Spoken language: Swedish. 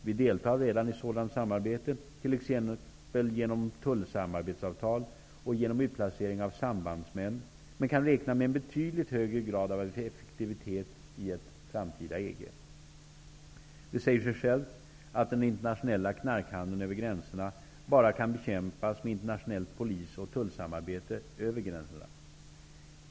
Vi deltar redan i sådant samarbete, t.ex. genom tullsamarbetsavtal och genom utplacering av sambandsmän, men vi kan räkna med en betydligt högre grad av effektivitet i ett framtida EG. Det säger sig självt att den internationella knarkhandeln över gränserna bara kan bekämpas med internationellt polis och tullsamarbete över gränserna.